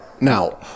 Now